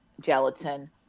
gelatin